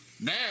Now